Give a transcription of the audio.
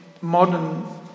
modern